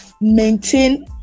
maintain